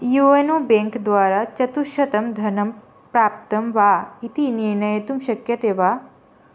योयेनो bank द्वारा चतुश्शतं धनं प्राप्तं वा इति निर्णेतुं शक्यते वा